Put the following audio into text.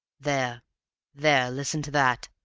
there there listen to that!